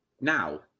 now